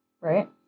right